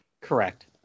Correct